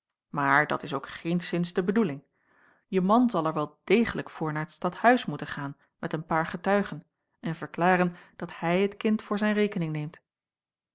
maar dat is ook geenszins de bedoeling je man zal er wel degelijk voor naar t stadhuis moeten gaan met een paar getuigen en verklaren dat hij het kind voor zijne rekening neemt